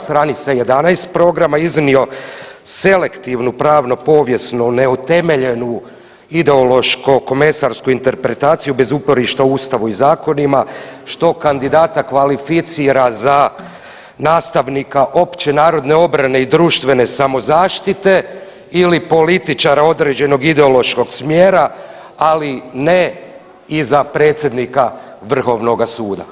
Stranica 11 programa iznio selektivnu pravno-povijesnu neutemeljenu ideološko-komesarsku interpretaciju bez uporišta u Ustavu i zakonima što kandidata kvalificira za nastavnika općenarodne obrane i društvene samozaštite ili političara određenog ideološkog smjera, ali ne i za predsjednika Vrhovnoga suda.